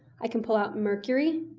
i can pull out mercury,